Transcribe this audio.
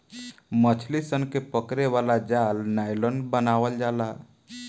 मछली सन के पकड़े वाला जाल नायलॉन बनावल जाला